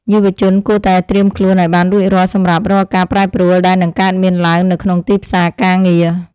យុវជនគួរតែត្រៀមខ្លួនឱ្យបានរួចរាល់សម្រាប់រាល់ការប្រែប្រួលដែលនឹងកើតមានឡើងនៅក្នុងទីផ្សារការងារ។